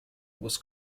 was